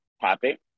topic